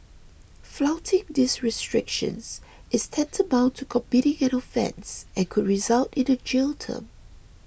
flouting these restrictions is tantamount to committing an offence and could result in a jail term